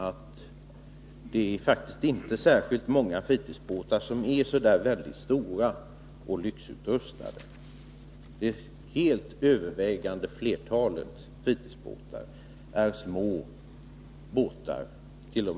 Men det är faktiskt inte särskilt många fritidsbåtar som är speciellt stora och lyxutrustade. Det helt övervägande flertalet fritidsbåtar är små båtar.